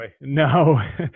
No